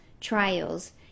trials